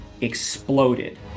exploded